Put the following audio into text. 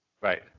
Right